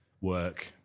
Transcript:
work